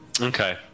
Okay